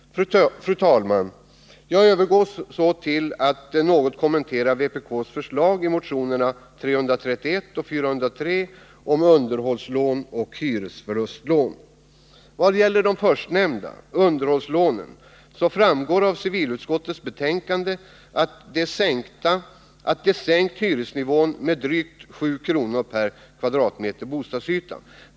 Fru talman! Jag övergår nu till att något kommentera vpk:s förslag i motionerna 331 och 403 om underhållslån och hyresförlustlån. Vad gäller de förstnämnda — underhållslånen — framgår av civilutskottets betänkande att hyresnivån kunnat sänkas med drygt 7 kr. per m? bostadsyta.